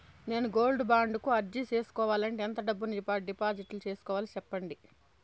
నేను gold bond కు అర్జీ సేసుకోవాలంటే ఎంత డబ్బును డిపాజిట్లు సేసుకోవాలి సెప్పండి